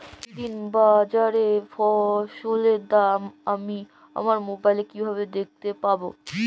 প্রতিদিন বাজারে ফসলের দাম আমি আমার মোবাইলে কিভাবে দেখতে পাব?